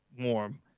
warm